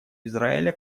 израиля